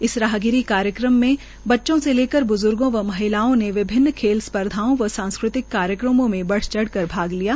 इस राहगिरी कार्यक्रम में बच्चों से लेकर ब्ज़र्गो व महिलाओं ने विभिन्न खेल स्पधाओं व सांस्कृतिक कार्यक्रमो में बढ़चढ़ कर भाग लिया